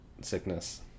sickness